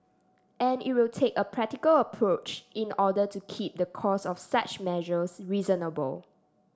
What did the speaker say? and it will take a practical approach in order to keep the cost of such measures reasonable